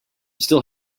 still